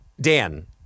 Dan